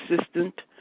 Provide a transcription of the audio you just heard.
assistant